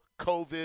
COVID